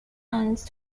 and